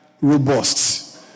robust